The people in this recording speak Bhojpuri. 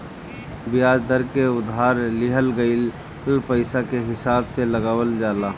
बियाज दर के उधार लिहल गईल पईसा के हिसाब से लगावल जाला